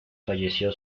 falleció